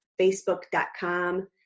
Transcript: facebook.com